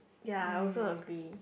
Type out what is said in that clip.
ya I also agree